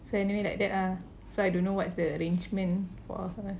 so anyway like that ah so I don't know what's the arrangement for her